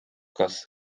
kas